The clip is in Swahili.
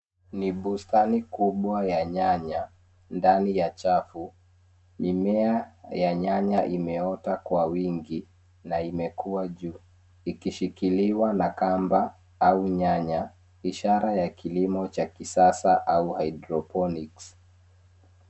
Ni bustani kubwa ya nyanya. Ndani ya chafu, mimea ya nyanya imeota kwa wingi na imekua juu ikishikiliwa na kamba au nyanya ishara ya kilimo cha kisasa au hydroponics .